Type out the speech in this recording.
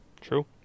true